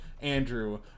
Andrew